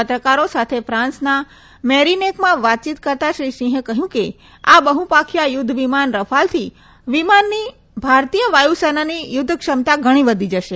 પત્રકારો સાથે ફ્રાન્સના મેરિનેકમાં વાતચીત કરતાં શ્રી સિંહે કહ્યું કે આ બહુપાંખીયા યુધ્ધ વિમાનથી વિમાનથી ભારતીય વાયુસેનાની યુદ્ધક્ષમતા ઘણી વધી જશે